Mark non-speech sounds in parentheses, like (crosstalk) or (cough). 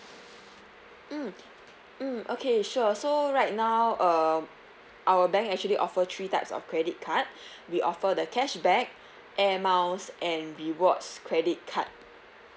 mm mm okay sure so right now uh our bank actually offer three types of credit card (breath) we offer the cashback air miles and rewards credit card